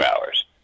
hours